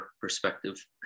perspective